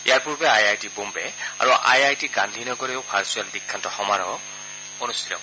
ইয়াৰ পূৰ্বে IIT Bombay আৰু IIT গান্ধীনগৰেও ভাৰ্চুৱেল দীক্ষান্ত সমাৰোহ অনুষ্ঠিত কৰিছিল